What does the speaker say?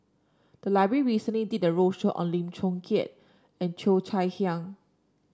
the library recently did a roadshow on Lim Chong Keat and Cheo Chai Hiang